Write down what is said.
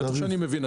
בטח שאני מבין.